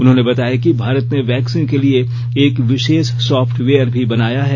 उन्होंने बताया कि भारत ने वैक्सीन के लिए एक विशेष सॉफ्टवेयर भी बनाया है